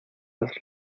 las